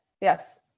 Yes